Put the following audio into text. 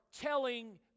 telling